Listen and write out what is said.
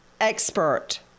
expert